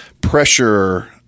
pressure